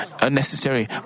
unnecessary